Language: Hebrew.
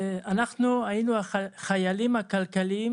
אנחנו היינו החיילים הכלכליים